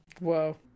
Whoa